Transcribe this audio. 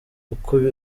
uko